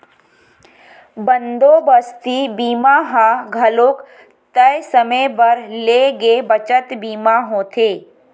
बंदोबस्ती बीमा ह घलोक तय समे बर ले गे बचत बीमा होथे